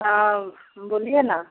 हाँ बोलिए ना